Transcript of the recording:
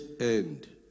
end